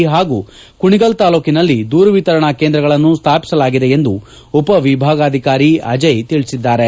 ಪಾಗೂ ಕುಣಗಲ್ ತಾಲ್ಲೂಕಿನಲ್ಲಿ ದೂರು ವಿತರಣಾ ಕೇಂದ್ರಗಳನ್ನು ಸ್ವಾಪಿಸಲಾಗಿದೆ ಎಂದು ಉಪವಿಭಾಗಾಧಿಕಾರಿ ಅಜಯ್ ತಿಳಿಸಿದ್ದಾರೆ